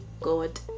god